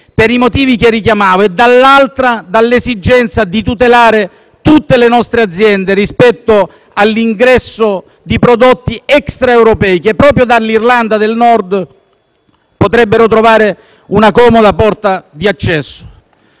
per i motivi che richiamavo, e dall'altra dall'esigenza di tutelare tutte le nostre aziende rispetto all'ingresso di prodotti extraeuropei, che proprio dall'Irlanda del Nord potrebbero trovare una comoda porta di accesso.